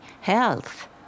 health